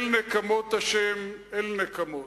אל נקמות ה', אל נקמות.